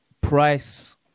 price